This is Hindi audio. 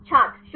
छात्र 05